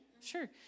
sure